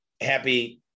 happy